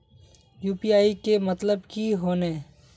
UPI के मतलब की होने?